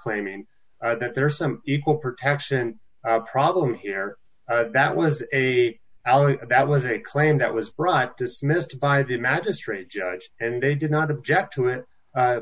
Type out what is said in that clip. claiming that there are some equal protection problem here that was a that was a claim that was brought dismissed by the magistrate judge and they did not object to it